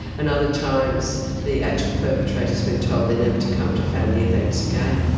and other times the actual perpetrator's been told they're never to come to family events again.